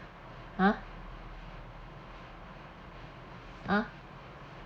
!huh! !huh!